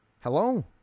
Hello